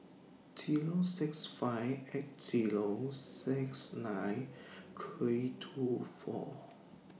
Zero six five eight Zero six nine three two four